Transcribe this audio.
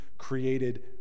created